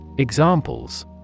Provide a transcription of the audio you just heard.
Examples